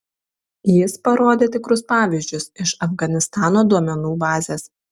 jis parodė tikrus pavyzdžius iš afganistano duomenų bazės